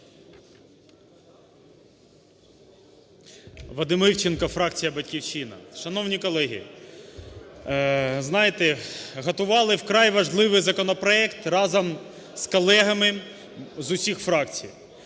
Вадим Івченко, фракція "Батьківщина". Шановні колеги, знаєте, готували вкрай важливий законопроект разом з колегами з усіх фракцій.